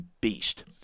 beast